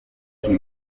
ifite